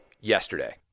yesterday